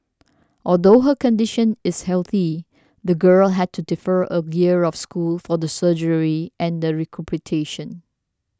although her condition is healthy the girl had to defer a year of school for the surgery and the recuperation